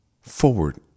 forward